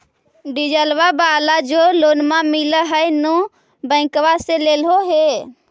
डिजलवा वाला जे लोनवा मिल है नै बैंकवा से लेलहो हे?